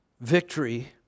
victory